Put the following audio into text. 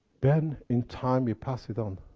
then in time we pass it on.